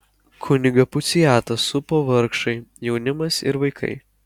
kunigą puciatą supo vargšai jaunimas ir vaikai